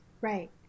Right